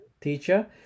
teacher